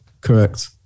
Correct